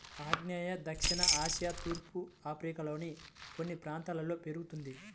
ఆగ్నేయ దక్షిణ ఆసియా తూర్పు ఆఫ్రికాలోని కొన్ని ప్రాంతాల్లో పెరుగుతుంది